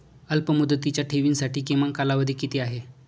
अल्पमुदतीच्या ठेवींसाठी किमान कालावधी किती आहे?